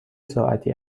ساعتی